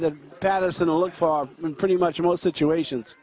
that patterson look for in pretty much most situations